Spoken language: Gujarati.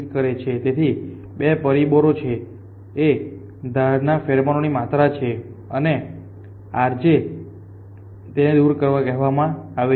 તેથી બે પરિબળો છેij એ ધાર પર ફેરોમોનની માત્રા છે અને ij તેને દૃશ્યતા કહેવામાં આવે છે